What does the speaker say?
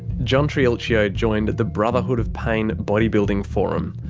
john triulcio joined the brotherhood of pain bodybuilding forum.